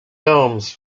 domes